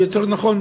או יותר נכון,